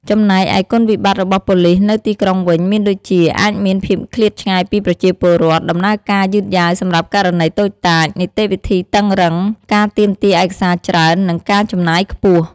ចំណែកឯគុណវិបត្តិរបស់ប៉ូលីសនៅទីក្រុងវិញ មានដូចជា អាចមានភាពឃ្លាតឆ្ងាយពីប្រជាពលរដ្ឋ ដំណើរការយឺតយ៉ាវសម្រាប់ករណីតូចតាច នីតិវិធីតឹងរ៉ឹង ការទាមទារឯកសារច្រើន និងការចំណាយខ្ពស់។